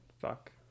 fuck